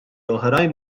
oħrajn